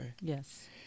Yes